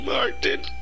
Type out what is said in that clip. Martin